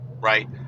Right